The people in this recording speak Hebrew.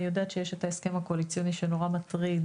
אני יודעת שיש את ההסכם הקואליציוני שנורא מטריד